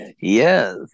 yes